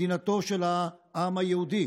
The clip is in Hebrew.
שתומך בהיותה של המדינה מדינתו של העם היהודי.